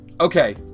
Okay